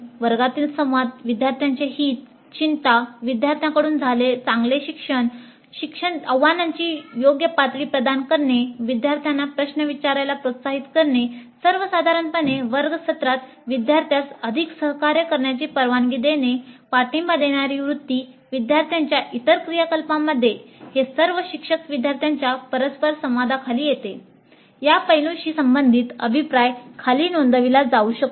वर्गातील संवाद विद्यार्थ्यांचे हित चिंता विद्यार्थ्यांकडून चांगले शिक्षण आव्हानांची योग्य पातळी प्रदान करणे विद्यार्थ्यांना प्रश्न विचारायला प्रोत्साहित करणे सर्वसाधारणपणे वर्ग सत्रात विद्यार्थ्यांस अधिक सहकार्य करण्याची परवानगी देणे पाठिंबा देणारी वृत्ती विद्यार्थ्यांच्या इतर क्रियाकलापांमध्ये हे सर्व शिक्षक विद्यार्थ्यांच्या परस्परसंवादाखाली येते या पैलूंशी संबंधित अभिप्राय खाली नोंदविला जाऊ शकतो